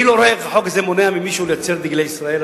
אני לא רואה איך החוק הזה מונע ממישהו לייצר דגלי ישראל.